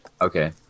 Okay